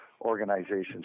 organizations